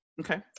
Okay